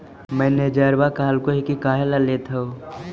मैनेजरवा कहलको कि काहेला लेथ हहो?